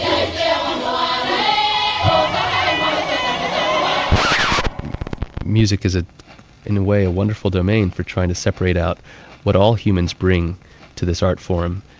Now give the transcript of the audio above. um music is ah in a way a wonderful domain for trying to separate out what all humans bring to this art form,